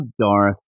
Darth